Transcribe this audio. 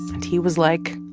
and he was like,